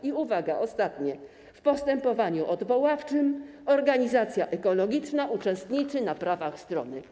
I uwaga, ostatnie: W postępowaniu odwoławczym organizacja ekologiczna uczestniczy na prawach strony.